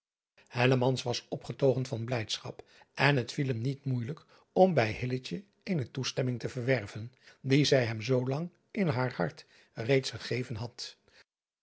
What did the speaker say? was opgetogen van blijdschap en het viel hem niet moeijelijk om bij eene toestemming te verwerven die zij hem zoolang in haar hart reeds gegeven had